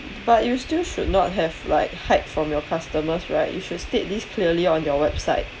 but you still should not have like hide from your customers right you should state this clearly on your website